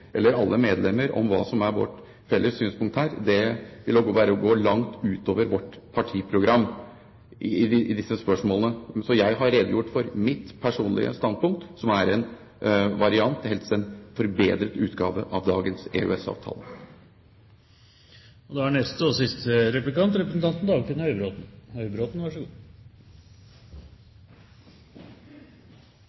eller alle dets medlemmer om hva som er vårt felles synspunkt her, ville være å gå langt utover vårt partiprogram i disse spørsmålene. Jeg har redegjort for mitt personlige standpunkt, som er en variant, helst en forbedret utgave, av dagens EØS-avtale. Jeg vil begynne med å ønske representanten Høglund velkommen i klubben av oss som har EØS-avtalen, gjerne oppgradert, som det beste alternativet. Den klubben er ikke så